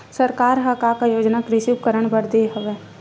सरकार ह का का योजना कृषि उपकरण बर दे हवय?